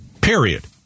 period